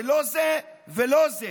זה לא זה ולא זה.